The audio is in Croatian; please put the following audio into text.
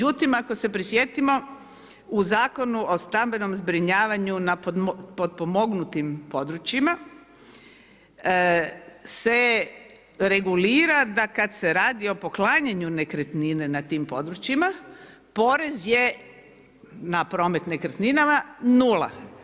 Međutim ako se prisjetimo u Zakonu o stambenom zbrinjavanju na potpomognutim područjima se regulira da kad se radi o poklanjanju nekretnine na tim područjima, porez je na promet nekretninama nula.